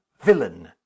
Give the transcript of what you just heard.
villain